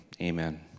amen